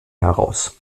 heraus